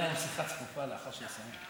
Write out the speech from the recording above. ננהל לנו שיחה צפופה לאחר שנסיים.